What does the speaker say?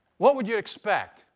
what would you expect?